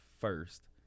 first